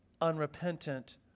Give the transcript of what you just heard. unrepentant